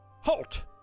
halt